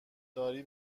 داری